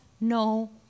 no